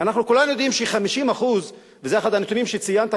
אנחנו כולנו יודעים ש-50% וזה אחד הנתונים שציינת,